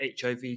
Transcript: HIV